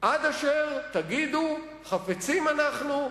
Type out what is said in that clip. עד אשר תגידו: חפצים אנחנו,